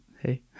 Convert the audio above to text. Hey